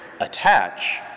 attach